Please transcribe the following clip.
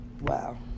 Wow